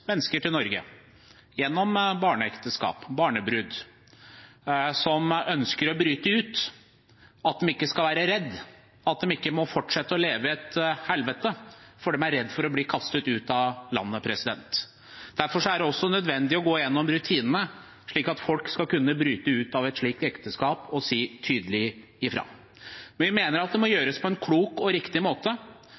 til Norge gjennom barneekteskap, som barnebruder, som ønsker å bryte ut, skal de ikke være redde – de skal ikke være redde for at de må fortsette å leve i et helvete fordi de er redde for å bli kastet ut av landet. Derfor er det også nødvendig å gå igjennom rutinene, slik at folk kan bryte ut av et slikt ekteskap og si tydelig ifra. Vi mener at dette må